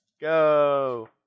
Go